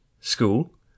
school